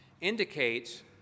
indicates